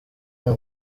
nta